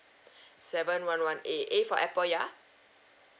seven one one eight A for apple ya